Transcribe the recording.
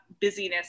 busyness